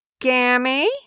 Gammy